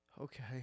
Okay